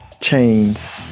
chains